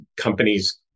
companies